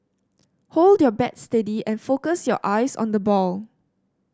hold your bat steady and focus your eyes on the ball